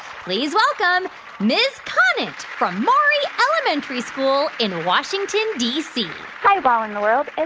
please welcome ms. conant from maury elementary school in washington, d c hi, wow in the world. and